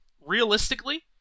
realistically